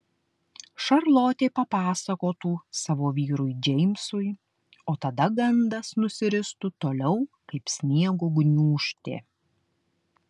šarlotė papasakotų savo vyrui džeimsui o tada gandas nusiristų toliau kaip sniego gniūžtė